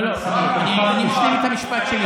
לא, לא, אני אשלים את המשפט שלי.